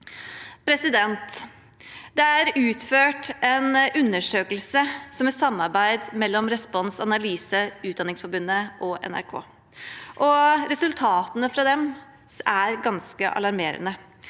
tåle. Det er utført en undersøkelse som et samarbeid mellom Respons Analyse, Utdanningsforbundet og NRK. Resultatene fra den er ganske alarmerende.